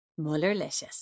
Mullerlicious